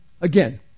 Again